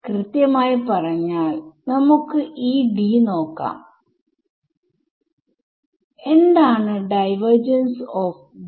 കൃത്യമായി പറഞ്ഞാൽ നമുക്ക് ഈ D നോക്കാം എന്താണ് ഡൈവർജൻസ് ഓഫ് D